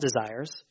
desires